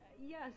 Yes